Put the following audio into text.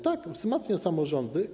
Tak, wzmacnia samorządy.